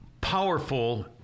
powerful